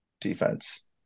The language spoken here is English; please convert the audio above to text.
defense